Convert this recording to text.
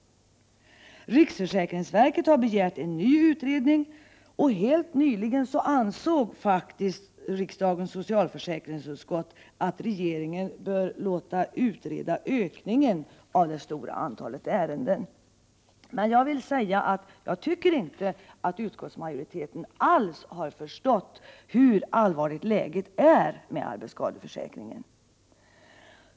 Riksförsäkringsverket har begärt en ny utredning, och helt nyligen ansåg riksdagens socialförsäkringsutskott att regeringen åtminstone bör låta utreda den stora ökningen av antalet ärenden. Jag tycker dock inte att utskottsmajoriteten alls har förstått hur allvarligt läget är i fråga om arbetsskadeförsäkringen.